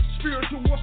Spiritual